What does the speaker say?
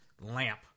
lamp